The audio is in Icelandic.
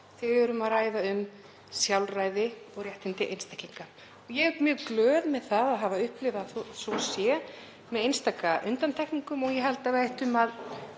þegar um er að ræða sjálfræði og réttindi einstaklinga. Ég er mjög glöð yfir því að hafa upplifað að svo sé, með einstaka undantekningum. Ég held að við ættum að